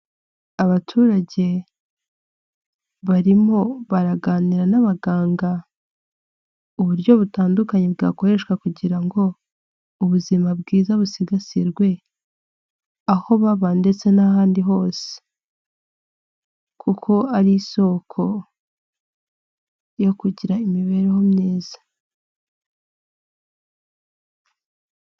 Abaturage barimo baraganira n'abaganga uburyo butandukanye bwakoreshwa kugira ngo ubuzima bwiza busigasirwe aho baba ndetse n'ahandi hose, kuko ari isoko yo kugira imibereho myiza.